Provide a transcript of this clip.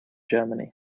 german